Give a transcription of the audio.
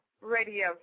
radio